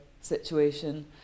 situation